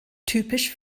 typisch